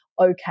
okay